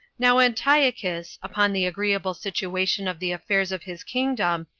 now antiochus, upon the agreeable situation of the affairs of his kingdom,